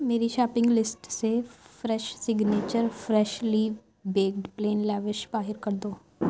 میری shopping list سے fresh signature freshly baked plain lavash باہر کر دو